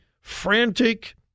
frantic